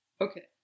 Okay